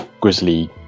grizzly